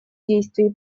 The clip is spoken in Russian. действий